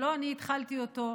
שלא אני התחלתי אותו,